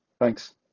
Thanks